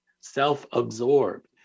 self-absorbed